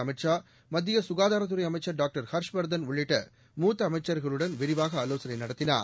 அமித் ஷா மத்திய சுகாதாரத்துறை அமைச்சர் டாக்டர் ஹர்ஷ்வர்தன் உள்ளிட்ட மூத்த அமைச்சர்களுடன் விரிவாக ஆலோசனை நடத்தினார்